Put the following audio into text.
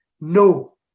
no